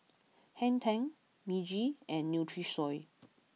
Hang Ten Meiji and Nutrisoy